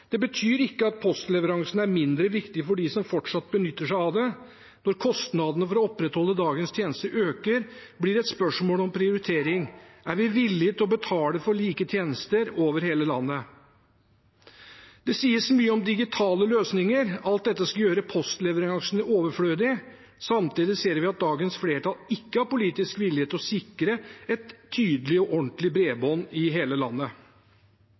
Det betyr ikke at postleveransene er mindre viktige for dem som fortsatt benytter seg av dem. Når kostnadene for å opprettholde dagens tjenester øker, blir det et spørsmål om prioritering. Er vi villige til å betale for like tjenester over hele landet? Det sies mye om digitale løsninger. Alt dette skal gjøre postleveransene overflødige. Samtidig ser vi at dagens flertall ikke har politisk vilje til å sikre et tydelig og ordentlig bredbånd i hele landet.